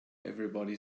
everybody